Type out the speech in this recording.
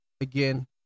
again